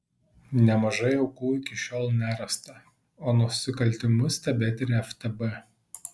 nemažai aukų iki šiol nerasta o nusikaltimus tebetiria ftb